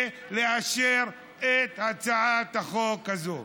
ולאשר את הצעת החוק הזאת.